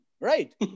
Right